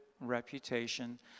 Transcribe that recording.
reputation